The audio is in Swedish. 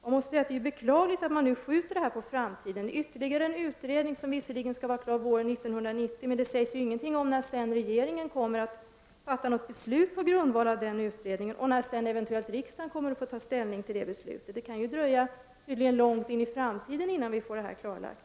Det är därför beklagligt att regeringen nu skjuter detta på framtiden. En utredning skall visserligen vara klar våren 1990, men det sägs ju ingenting om när regeringen sedan kommer att fatta något beslut på grundval av denna utredning och när riksdagen eventuellt kommer att få ta ställning till detta beslut. Det kan ju tydligen dröja långt in i framtiden innan detta blir klarlagt.